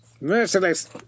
Merciless